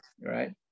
right